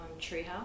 treehouse